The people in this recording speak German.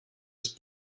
ist